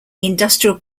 industrial